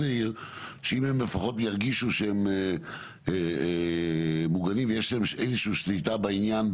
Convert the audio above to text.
שאם הם לפחות ירגישו שהם מוגנים ושיש להם איזושהי שליטה בעניין,